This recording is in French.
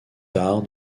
tard